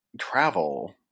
travel